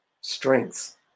strengths